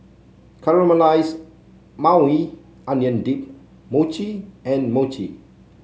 Caramelized Maui Onion Dip Mochi and Mochi